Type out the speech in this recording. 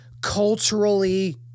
culturally